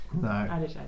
No